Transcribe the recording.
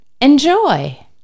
Enjoy